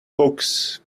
books